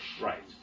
Right